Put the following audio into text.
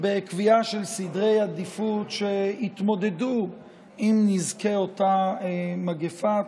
בקביעה של סדרי עדיפויות שיתמודדו עם נזקי אותה מגפה.